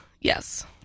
Yes